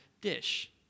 dish